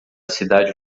cidade